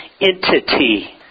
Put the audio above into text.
entity